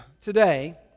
today